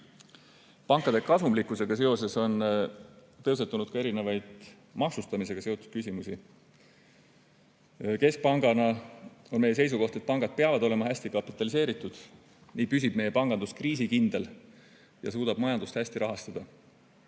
kasumlikkusega seoses on tõusetunud ka erinevaid maksustamisega seotud küsimusi. Keskpangana on meie seisukoht, et pangad peavad olema hästi kapitaliseeritud, nii püsib meie pangandus kriisikindel ja suudab majandust hästi rahastada.